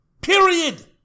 Period